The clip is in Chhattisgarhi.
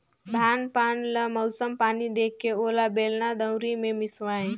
धान पान ल मउसम पानी देखके ओला बेलना, दउंरी मे मिसवाए